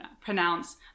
pronounce